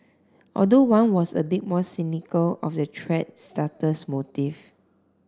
although one was a bit more cynical of the thread starter's motive